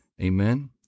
Amen